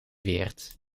weerd